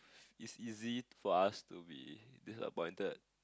it's easy for us to be disappointed